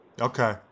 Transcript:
Okay